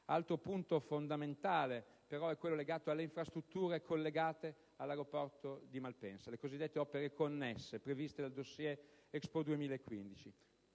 Altro punto fondamentale, però, è quello legato alle infrastrutture collegate all'aeroporto di Malpensa. Le opere cosiddette connesse, previste dal *dossier* Expo 2015,